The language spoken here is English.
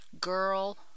Girl